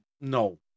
no